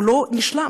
הוא לא נשלם.